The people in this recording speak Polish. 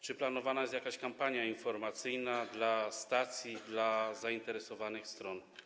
Czy planowana jest jakaś kampania informacyjna dla stacji, dla zainteresowanych stron?